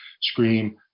scream